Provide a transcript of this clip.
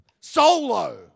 solo